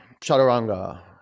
Chaturanga